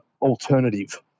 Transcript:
alternative